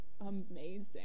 amazing